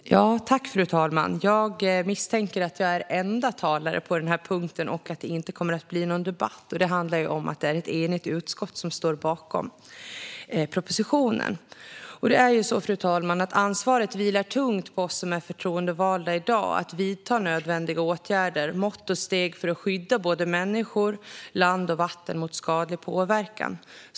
Ansvar för miljö-skador i Sveriges ekonomiska zon Fru talman! Jag misstänker att jag är enda talare under denna punkt och att det inte kommer att bli någon debatt. Det handlar om att det är ett enigt utskott som står bakom propositionen. Fru talman! Ansvaret vilar tungt på oss som är förtroendevalda i dag att vidta nödvändiga åtgärder och mått och steg för att skydda såväl människor som land och vatten mot skadlig påverkan.